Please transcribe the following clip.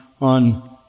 on